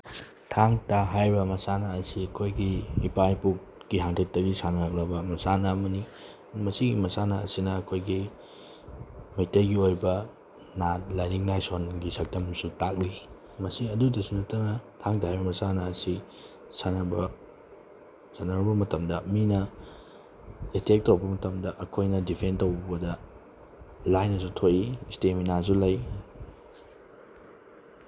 ꯊꯥꯡ ꯇꯥ ꯍꯥꯏꯔꯤꯕ ꯃꯁꯥꯟꯅ ꯑꯁꯤ ꯑꯩꯈꯣꯏꯒꯤ ꯏꯄꯥ ꯏꯄꯨꯀꯤ ꯍꯥꯛꯇꯛꯇꯒꯤ ꯁꯥꯟꯅꯔꯛꯂꯕ ꯃꯁꯥꯟꯅ ꯑꯃꯅꯤ ꯃꯁꯤꯒꯤ ꯃꯁꯥꯟꯅ ꯑꯁꯤꯅ ꯑꯩꯈꯣꯏꯒꯤ ꯃꯩꯇꯩꯒꯤ ꯑꯣꯏꯕ ꯅꯥꯠ ꯂꯥꯏꯅꯤꯡ ꯂꯥꯏꯁꯣꯟꯒꯤ ꯁꯛꯇꯝꯁꯨ ꯇꯥꯛꯂꯤ ꯃꯁꯤ ꯑꯗꯨꯗꯁꯨ ꯅꯠꯇꯅ ꯊꯥꯡ ꯇꯥ ꯍꯥꯏꯔꯤꯕ ꯃꯁꯥꯟꯅ ꯑꯁꯤ ꯁꯥꯟꯅꯕ ꯁꯥꯟꯅꯔꯨꯕ ꯃꯇꯝꯗ ꯃꯤꯅ ꯑꯦꯇꯦꯛ ꯇꯧꯔꯛꯄ ꯃꯇꯝꯗ ꯑꯈꯣꯏꯅ ꯗꯤꯐꯦꯟ ꯇꯧꯕꯗ ꯂꯥꯏꯅꯁꯨ ꯊꯣꯛꯏ ꯏꯁꯇꯦꯃꯤꯅꯥꯁꯨ ꯂꯩ